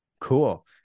cool